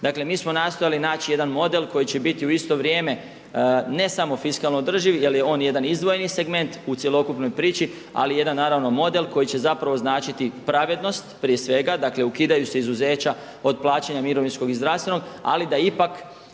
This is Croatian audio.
Dakle, mi smo nastojali naći jedan model koji će biti u isto vrijeme ne samo fiskalno održiv jer je on jedan izdvojeni segment u cjelokupnoj priči ali jedan naravno model koji će zapravo značiti pravednost prije svega, dakle ukidaju se izuzeća od plaćanja mirovinskog i zdravstvenog ali da ipak